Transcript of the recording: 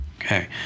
Okay